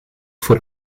voor